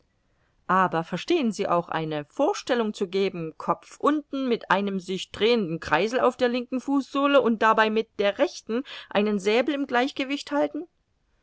aber verstehen sie sich auch eine vorstellung zu geben kopfunten mit einem sich drehenden kreisel auf der linken fußsohle und dabei mit der rechten einen säbel im gleichgewicht halten